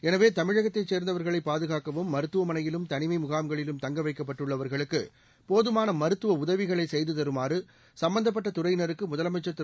எனவே தமிழகத்தை சே்ந்தவர்களைபாதுகாக்கவும்மருத்துவமனையிலும் தனிமை முகாம்களிலும் தங்க வைக்கப்பட்டுள்ளவர்களுக்கு போதுமான மருத்துவ உதவிகளை செய்து தருமாறு சம்பந்தப்பட்ட துறையினருக்கு முதலமைச்ச் திரு